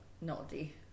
naughty